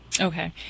Okay